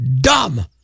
dumb